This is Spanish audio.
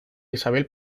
isabel